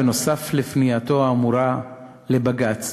בנוסף לפנייתו האמורה לבג"ץ,